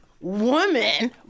woman